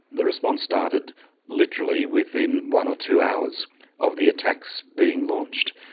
the response started literally within one two hours of the attack so being launched.